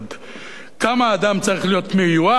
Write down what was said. כמה אדם צריך להיות מיואש